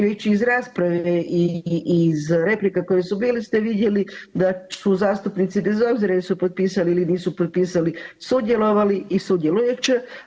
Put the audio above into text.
Već iz rasprave i iz replika koje su bile ste vidjeli da su zastupnici bez obzira jesu li potpisali ili nisu potpisali sudjelovali i sudjelovat će.